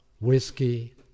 whiskey